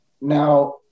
Now